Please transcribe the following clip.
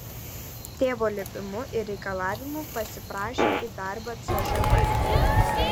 tėvo liepimu ir reikalavimu pasiprašė į darbą cžv